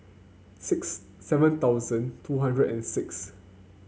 six seven thousand two hundred and six